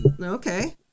okay